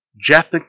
Jeff